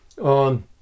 on